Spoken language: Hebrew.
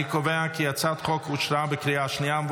אני קובע כי הצעת החוק אושרה בקריאה שנייה.